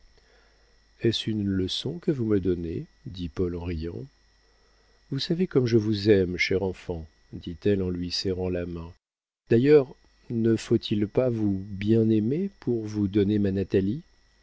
est-ce une leçon que vous me donnez dit paul en riant vous savez comme je vous aime cher enfant dit-elle en lui serrant la main d'ailleurs ne faut-il pas vous bien aimer pour vous donner ma natalie